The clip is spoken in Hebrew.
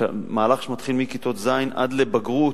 מהלך שמתחיל מכיתות ז' עד לבגרות,